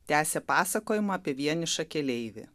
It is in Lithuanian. tęsė pasakojimą apie vienišą keleivį